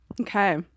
Okay